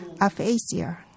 aphasia